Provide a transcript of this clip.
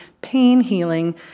pain-healing